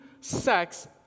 sex